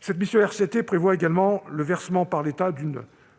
Cette mission RCT prévoit également le versement par l'État d'une